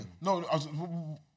No